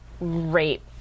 rape